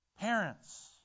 Parents